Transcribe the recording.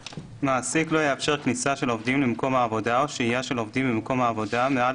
(ה)מעסיק לא יאפשר כניסה של עובדים למקום העבודה או